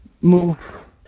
move